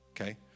okay